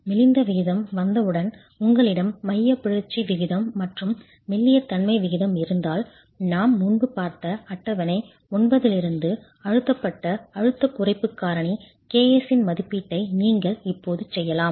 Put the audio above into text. மெலிந்த விகிதம் வந்தவுடன் உங்களிடம் மையப் பிறழ்ச்சி விகிதம் மற்றும் மெல்லிய தன்மை விகிதம் இருந்தால் நாம் முன்பு பார்த்த அட்டவணை 9 இலிருந்து அழுத்தப்பட்ட அழுத்தக் குறைப்பு காரணி ks இன் மதிப்பீட்டை நீங்கள் இப்போது செய்யலாம்